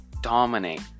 dominate